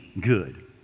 good